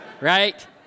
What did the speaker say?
right